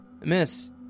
Miss